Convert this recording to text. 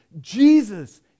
Jesus